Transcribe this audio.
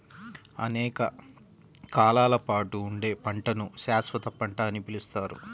అనేక కాలాల పాటు ఉండే పంటను శాశ్వత పంట అని పిలుస్తారు